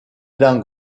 langues